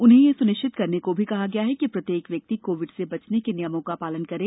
उन्हें यह सुनिश्चित करने को भी कहा गया है कि प्रत्येक व्यक्ति कोविड से बचने के नियमों का पालन करे